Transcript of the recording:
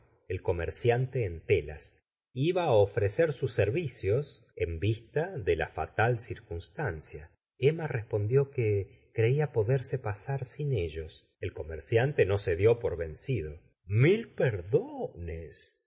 ll comerciante en telas iba á ofrecer sus ser vicios eri vista de la fatal circunstancia emma respondió que creía poderse pasar sin ellos el comerciante no se dió por vencido liil